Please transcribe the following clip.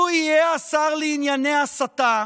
הוא יהיה השר לענייני הסתה,